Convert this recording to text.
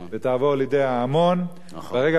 ברגע שהשיח הציבורי יעבור לרחובות,